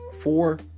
four